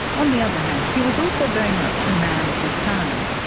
on the other hand, he was also very much a man of his time.